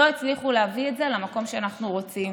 לא הצליחו להביא את זה למקום שאנחנו רוצים